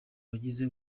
bagize